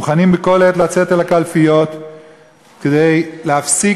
מוכנים בכל עת לצאת אל הקלפיות כדי להפסיק